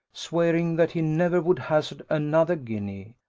swearing that he never would hazard another guinea.